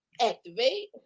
Activate